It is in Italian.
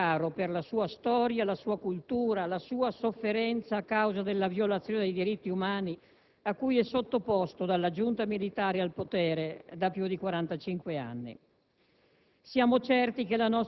un popolo che c'è caro per la sua storia, la sua cultura, la sua sofferenza a causa della violazione dei diritti umani a cui è sottoposto dalla giunta militare al potere da più di 45 anni.